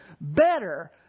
better